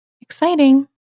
exciting